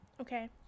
Okay